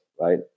right